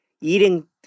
Eating